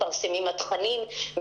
התכנים,